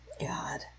God